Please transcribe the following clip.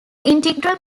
integral